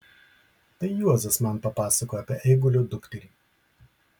tai juozas man papasakojo apie eigulio dukterį